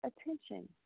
attention